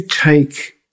take